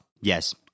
Yes